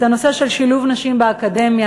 את הנושא של שילוב נשים באקדמיה,